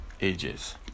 ages